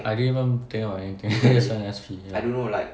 I didn't even think of anything I just want S_P ya